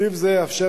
סעיף זה יאפשר,